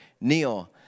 Neil